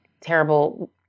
terrible